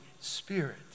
Spirit